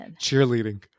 cheerleading